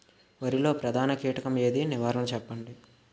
వరిలో ప్రధాన కీటకం ఏది? నివారణ చెప్పండి?